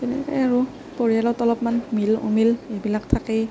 তেনেকেই আৰু পৰিয়ালত অলপমান মিল অমিল এইবিলাক থাকেই